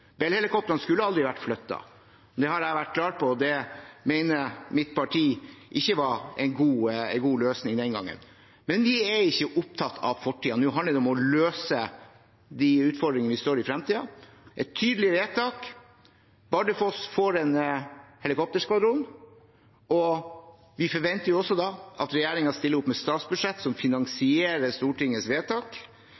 skulle aldri vært flyttet. Det har jeg vært klar på, og det mener mitt parti ikke var en god løsning den gangen. Men vi er ikke opptatt av fortiden. Nå handler det om å løse de utfordringene vi står overfor i fremtiden. Det blir et tydelig vedtak, Bardufoss får en helikopterskvadron, og vi forventer også da at regjeringen stiller opp med statsbudsjett som